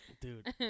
Dude